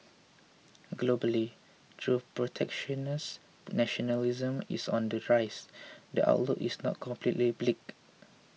globally though protectionist nationalism is on the rise the outlook is not completely bleak